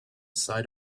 side